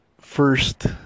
first